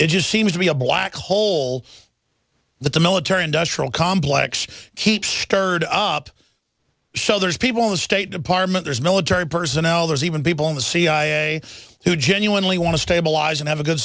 it just seems to be a black hole that the military industrial complex keeps stirred up so there's people in the state department there's military personnel there's even people in the cia who genuinely want to stabilize and have a good